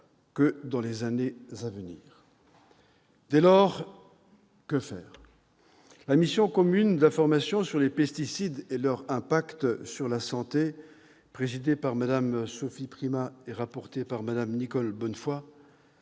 que dans les années à venir. Dès lors, que faire ? La mission commune d'information sur les pesticides et leur impact sur la santé, présidée par Mme Sophie Primas et rapportée par Mme Nicole Bonnefoy,